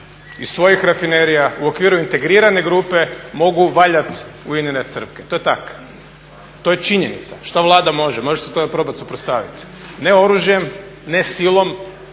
iz svojih rafinerija u okviru integrirane grupe mogu valjati u INA-ine crpke, to je tako. To je činjenica. Što Vlada može? Može se tome probati suprotstaviti. Ne oružjem, ne silom